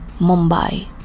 Mumbai